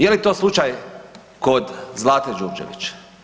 Je li to slučaj kod Zlate Đurđević?